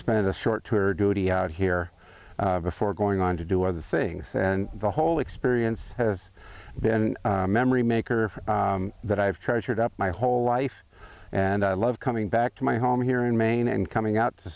spent a short tour duty out here before going on to do other things and the whole experience has been memory maker that i've treasured up my whole life and i love coming back to my home here in maine and coming out to